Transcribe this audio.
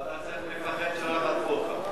אתה צריך לפחד שלא יחטפו אותך.